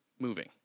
Moving